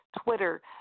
Twitter